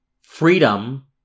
freedom